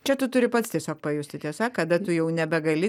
čia tu turi pats tiesiog pajusti tiesa kada tu jau nebegali